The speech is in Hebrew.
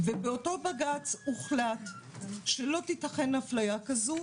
ובאותו בג"ץ הוחלט שלא תיתכן אפליה כזו,